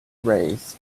rays